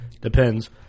Depends